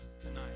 tonight